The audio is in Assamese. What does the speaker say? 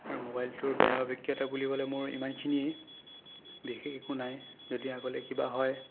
আৰু মোবাইলটোৰ বেয়া অভিজ্ঞতা বুলিবলৈ মোৰ ইমানখিনিয়ে বিশেষ একো নাই যদি আগলৈ কিবা হয়